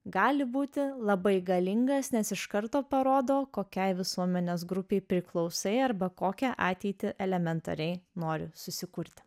gali būti labai galingas nes iš karto parodo kokiai visuomenės grupei priklausai arba kokią ateitį elementariai nori susikurti